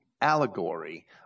allegory